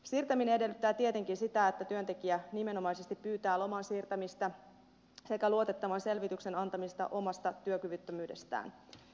siirtäminen edellyttää tietenkin sitä että työntekijä nimenomaisesti pyytää loman siirtämistä sekä luotettavan selvityksen antamista omasta työkyvyttömyydestään